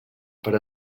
per